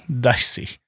dicey